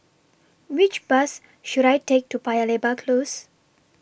Which Bus should I Take to Paya Lebar Close